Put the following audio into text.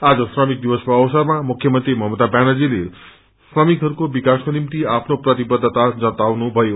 आज श्रमिक दिवसको अवसरमा मुख्यमंत्री ममता व्यानर्जीले श्रमिकहरूको विकासको निम्ति आफ्नो प्रतिबद्धता जताउनुमयो